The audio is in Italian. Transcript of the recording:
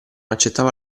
accettava